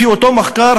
לפי אותו מחקר,